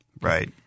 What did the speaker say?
Right